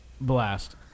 blast